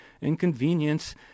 Inconvenience